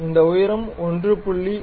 இந்த உயரம் 1